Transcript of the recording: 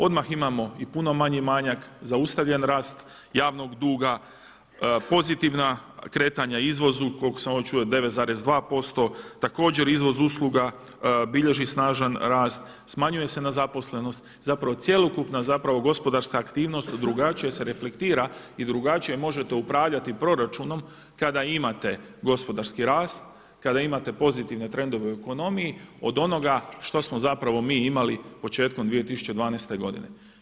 Odmah imamo i puno manji manjak, zaustavljen rast javnog duga, pozitivna kretanja izvozu, koliko sam čuo 9,2%, također izvoz usluga bilježi snažan rast, smanjuje se nezaposlenost, zapravo cjelokupna gospodarska aktivnost drugačije se reflektira i drugačije možete upravljati proračunom kada imate gospodarski rast, kada imate pozitivne trendove u ekonomiji od onoga što smo mi imali početkom 2012. godine.